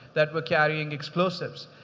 that were carrying explosives.